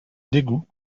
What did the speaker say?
dégoût